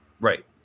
Right